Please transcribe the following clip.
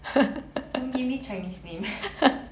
don't give me chinese name